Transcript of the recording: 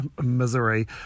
Misery